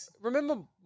remember